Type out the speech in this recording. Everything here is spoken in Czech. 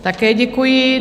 Také děkuji.